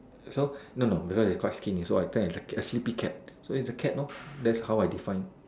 so no no the girl is quite skinny so I think is a cat a sleepy cat so is a cat lor that's how I define